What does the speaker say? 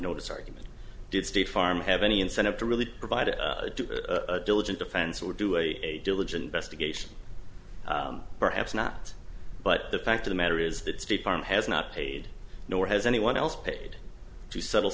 notice argument did state farm have any incentive to really provide a diligent defense or do a village investigation perhaps not but the fact of the matter is that state farm has not paid nor has anyone else paid to settle